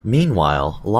meanwhile